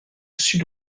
sud